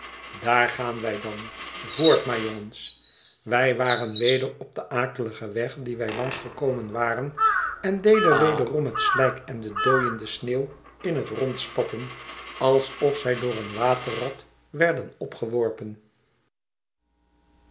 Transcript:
daar gaan wij dan voort maar jongens wij waren weder op den akeligen weg dien wij langs gekomen waren en deden wederom het slijk en de dooiende sneeuw in het rond spatten alsof zij door een waterrad werden opgeworpen